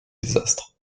désastre